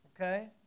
okay